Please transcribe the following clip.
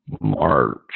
March